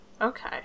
Okay